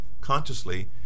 consciously